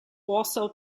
also